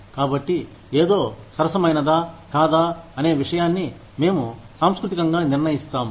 కాబట్టి ఏదో సరసమైనదా కాదా అనే విషయాన్ని మేము సాంస్కృతికంగా నిర్ణయిస్తాం